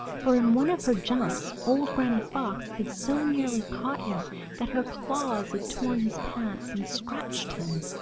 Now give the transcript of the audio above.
for in one of her jumps old granny fox had so nearly caught him that her claws had torn his pants and scratched him.